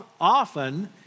Often